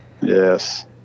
yes